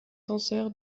tenseur